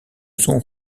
son